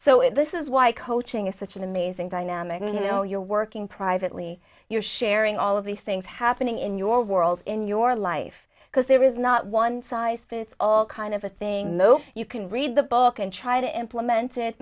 so this is why coaching is such an amazing dynamic you know you're working privately you're sharing all of these things happening in your world in your life because there is not one size fits all kind of a thing no you can read the book and try to implement it